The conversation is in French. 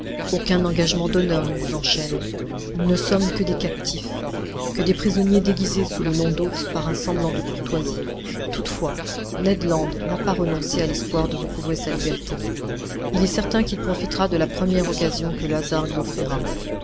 aucun engagement d'honneur ne nous enchaîne nous ne sommes que des captifs que des prisonniers déguisés sous le nom d'hôtes par un semblant de courtoisie toutefois ned land n'a pas renoncé à l'espoir de recouvrer sa liberté il est certain qu'il profitera de la première occasion que le hasard lui offrira